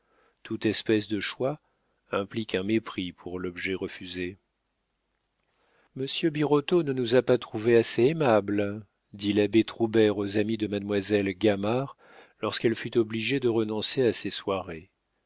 toute espèce de choix implique un mépris pour l'objet refusé monsieur birotteau ne nous a pas trouvés assez aimables dit l'abbé troubert aux amis de mademoiselle gamard lorsqu'elle fut obligée de renoncer à ses soirées